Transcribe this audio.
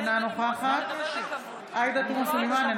אינה נוכחת עאידה תומא סלימאן,